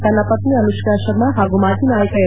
ತನ್ನ ಪತ್ನಿ ಅನುಷ್ಠಾ ಶರ್ಮಾ ಹಾಗೂ ಮಾಜಿ ನಾಯಕ ಎಂ